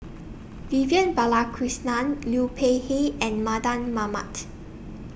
Vivian Balakrishnan Liu Peihe and Mardan Mamat